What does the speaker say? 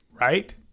right